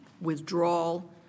withdrawal